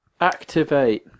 activate